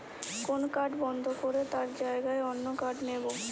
কোন কার্ড বন্ধ করে তার জাগায় অন্য কার্ড নেব